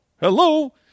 Hello